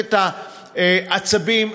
ובמערכת העצבים.